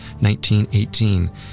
1918